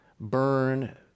burn